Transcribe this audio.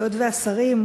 היות שהשרים,